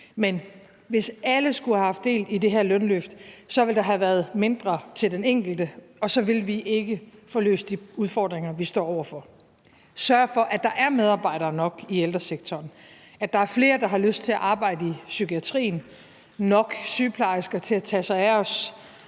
Men hvis alle skulle have haft del i det her lønløft, ville der have været mindre til den enkelte, og så ville vi ikke få løst de udfordringer, vi står over for, med at sørge for, at der ermedarbejdere nok i ældresektoren, at der er flere, der har lyst til at arbejde i psykiatrien, nok sygeplejersker til at tage sig af os,